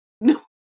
No